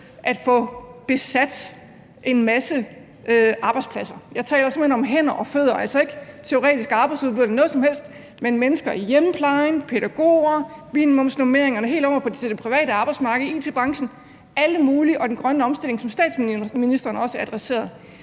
at få besat en masse arbejdspladser? Jeg taler simpelt hen om hænder og fødder, altså ikke om teoretisk arbejdsudbud eller noget som helst andet, men om mennesker i hjemmeplejen, pædagoger, jeg taler om minimumsnormeringerne og mennesker på det private arbejdsmarked, it-branchen, alle mulige steder, og mennesker i den grønne omstilling, som statsministeren også adresserede.